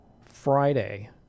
Friday